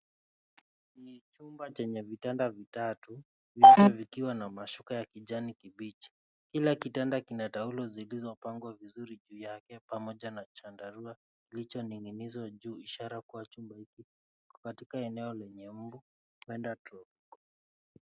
Ni chumba chenye vitanda vitatu, vyote vikiwa na mashuka ya kijani kibichi. Kila kitanda kina taulo zilizopangwa vizuri juu yake pamoja na chandarua kilichoning'inizwa juu, ishara kuwa chumba hiki kiko katika eneo lenye mbu hupenda tu.